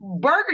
Burger